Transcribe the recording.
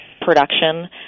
production